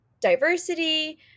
diversity